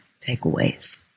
takeaways